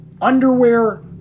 underwear